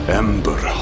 ember